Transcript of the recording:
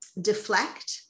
deflect